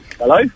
Hello